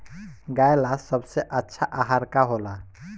गाय ला सबसे अच्छा आहार का होला?